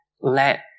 let